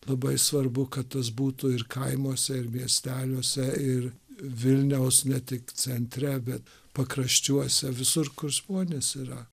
labai svarbu kad tas būtų ir kaimuose ir miesteliuose ir vilniaus ne tik centre bet pakraščiuose visur kur žmonės yra